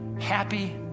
happy